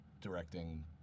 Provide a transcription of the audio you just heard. directing